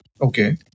Okay